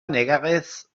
negarrez